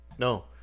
no